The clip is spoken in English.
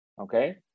Okay